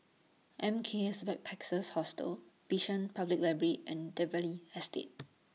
M K S Backpackers Hostel Bishan Public Library and Dalvey Estate